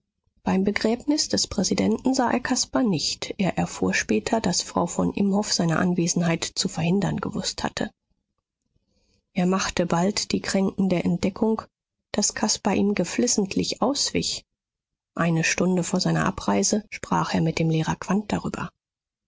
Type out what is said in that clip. beim begräbnis des präsidenten sah er caspar nicht er erfuhr später daß frau von imhoff seine anwesenheit zu verhindern gewußt hatte er machte bald die kränkende entdeckung daß caspar ihm geflissentlich auswich eine stunde vor seiner abreise sprach er mit dem lehrer quandt darüber